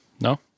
no